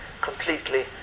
completely